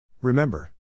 Remember